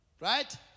right